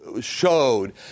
showed